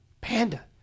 Panda